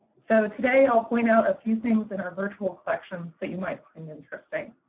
so today i'll point out a few things in our virtual collections that you might find interesting.